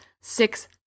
six